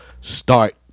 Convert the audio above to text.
start